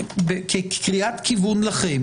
כקריאה כיוון לכם.